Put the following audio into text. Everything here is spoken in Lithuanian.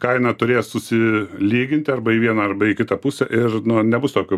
kaina turės susilyginti arba į vieną arba į kitą pusę ir nu nebus tokio